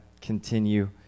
continue